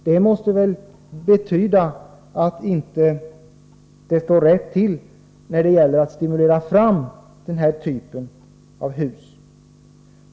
Detta måste väl betyda att allt inte står rätt till när det gäller att stimulera fram denna typ av hus.